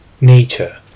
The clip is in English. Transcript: Nature